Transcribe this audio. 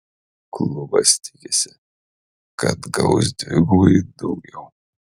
klubas tikisi kad gaus dvigubai daugiau